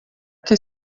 que